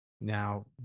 Now